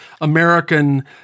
American